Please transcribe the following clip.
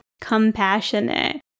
compassionate